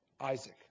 Isaac